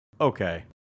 Okay